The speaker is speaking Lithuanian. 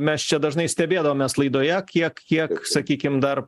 mes čia dažnai stebėdavomė laidoje kiek kiek sakykim dar